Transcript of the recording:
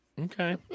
okay